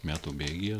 metų bėgyje